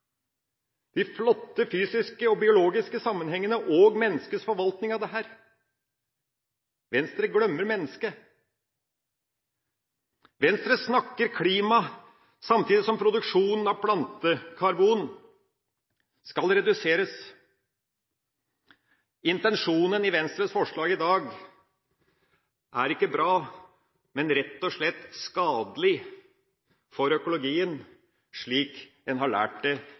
de flotte fysiske og biologiske sammenhengene og menneskets forvaltning av disse. Venstre glemmer mennesket. Venstre snakker klima, samtidig som produksjonen av plantekarbon skal reduseres. Intensjonen i Venstres forslag i dag er ikke bra, men rett og slett skadelig for økologien, slik en har lært det